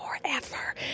forever